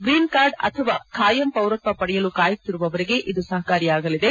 green card ಅಥವಾ ಖಾಯಂ ಪೌರತ್ವ ಪಡೆಯಲು ಕಾಯುತ್ತಿರುವವರಿಗೆ ಇದು ಸಹಕಾರಿಯಾಗಲಿದೆ